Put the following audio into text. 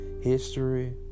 history